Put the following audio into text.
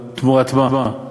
תמורת מה?